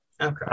Okay